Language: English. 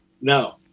No